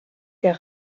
der